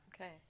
Okay